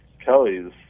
Kelly's